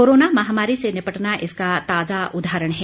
corona महामारी से निपटना इसका ताजा उदाहरण है